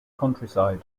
countryside